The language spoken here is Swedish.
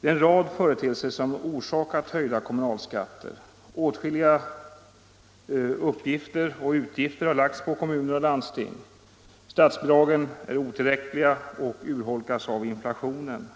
Det är en rad företeelser som orsakat höjda kommunalskatter. Åtskilliga uppgifter och utgifter har lagts på kommuner och landsting. Statsbidragen är otillräckliga och urholkas av inflationen.